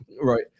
right